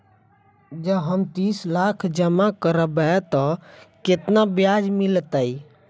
जँ हम तीस लाख जमा करबै तऽ केतना ब्याज मिलतै?